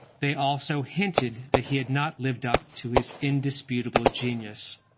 they also hinted that he had not lived up to his indisputable genius.